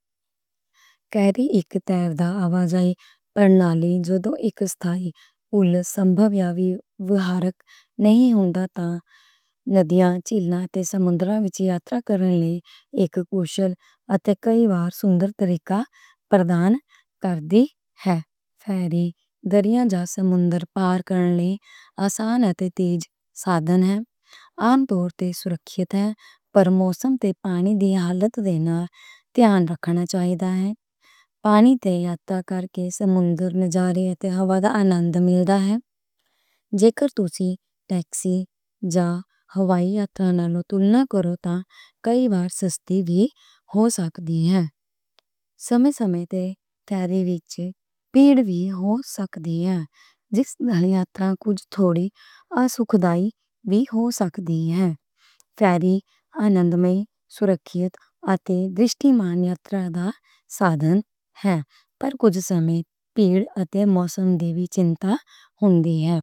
کوئی تِکا تے تِیا باشے پیلا لِنگ سو تے اک سٹائی اولسا مبا بیاؤ بیا اݨے اینگ اُنگ تا تِیے بی تھیلا تے سموں نگترامہ تِیاؤ تکرے لےکہ کُشُل اتے کیجیا سنگ تِپریکا پرماݨ کادے ہے ہے درجیاݨا۔ سم وینتا اکولیا سواݨا تھے دی فتݨے ا تو تے سرکّیا تے پرمو سونگ پے پاݨی دیالتی وینی تی اݨت کھاݨہ دوآ اِتائݨی تے اِتی کر کے سمگل گالی اتے پتہ اولنگتہ ملتا ہِئے۔ کتُسی لیٹسیا خوائے یا تݨہ لوٹوئی لہ کورتہ کوجی ماسیستی لی ہو سکو دی سومِزمے تے ی تھوری لتھی پیریو سکدی۔ تھس لئی اپینگہ تے تھولیا یسو کولاجمک کھول سکدی ایس آریا یݨےݨہ مِسورہ کِتا تھے اِستیماݨجہ پیمساتھا ہاپیر کُزَزَ مےج پِلتے موسلے وِکی پاخوں دِیا۔